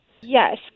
Yes